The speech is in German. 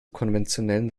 konventionellen